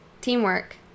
Teamwork